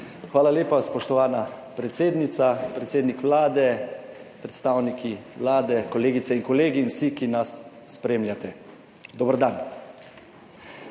Hvala, lepa spoštovana predsednica. Predsednik Vlade, predstavniki vlade, kolegice in kolegi in vsi, ki nas spremljate, dober dan.